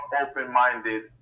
open-minded